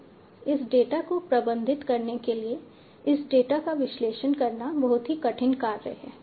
तो इस डेटा को प्रबंधित करने के लिए इस डेटा का विश्लेषण करना बहुत ही कठिन कार्य है